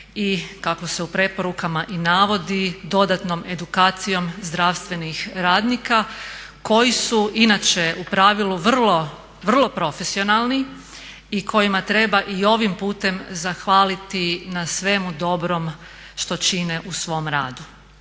I kako se u preporukama i navodi dodatnom edukacijom zdravstvenih radnika koji su inače u pravilu vrlo, vrlo profesionalni i kojima treba i ovim putem zahvaliti na svemu dobrom što čine u svom radu.